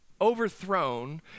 overthrown